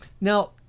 Now